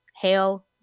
hail